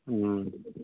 ꯎꯝ